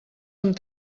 amb